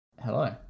hello